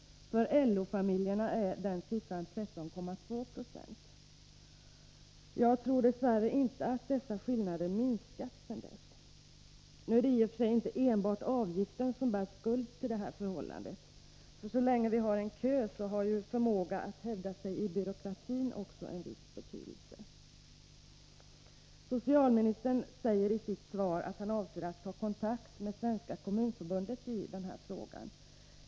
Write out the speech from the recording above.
För LO-familjerna är motsvarande siffra 13,2 26. Jag tror dess värre inte att dessa skillnader har minskat sedan dess. Nu är det i och för sig inte enbart avgiften som bär skulden till detta förhållande. Så länge vi har en kö har också förmågan att hävda sig i byråkratin viss betydelse. Socialministern säger i sitt svar att han avser att ta kontakt med Svenska kommunförbundet i denna fråga.